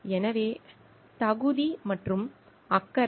எனவே தகுதி மற்றும் அக்கறை